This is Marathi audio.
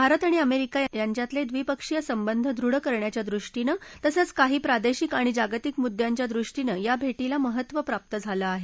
भारत आणि अमेरिका यांच्यातले द्विपक्षीय संबंध दृढ करण्याच्या दृष्टीनं तसंच काही प्रादेशिक आणि जागतिक मुद्दयांच्या दृष्टीनं या भेटीला महत्त्व प्राप्त झालं आहे